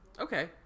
okay